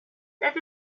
that